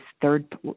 third